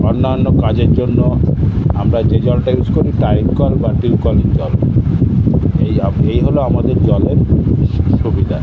অন্যান্য কাজের জন্য আমরা যে জলটা ইউস করি টাইম কল বা টিউবকলের জল এই এই হলো আমাদের জলের সুবিধা